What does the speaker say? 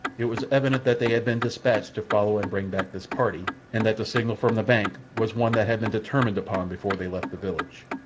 it was evident that they had been dispatched to follow and bring back this party, and that the signal from the bank was one that had been determined upon before they left the village.